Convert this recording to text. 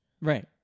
right